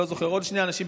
לא זוכר, עוד שני אנשים.